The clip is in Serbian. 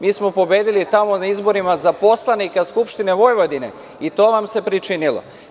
Mi smo pobedili tamo na izborima za poslanika Skupštine Vojvodine i to vam se pričinilo.